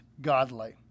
godly